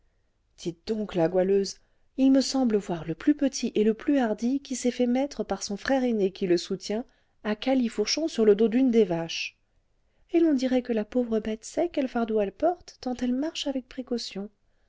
dites donc la goualeuse il me semble voir le plus petit et le plus hardi qui s'est fait mettre par son frère aîné qui le soutient à califourchon sur le dos d'une des vaches et l'on dirait que la pauvre bête sait quel fardeau elle porte tant elle marche avec précaution